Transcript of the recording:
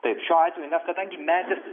taip šiuo atveju nes kadangi medis